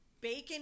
bacon